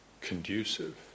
conducive